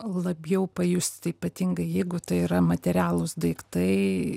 labiau pajust ypatingai jeigu tai yra materialūs daiktai